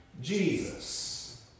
Jesus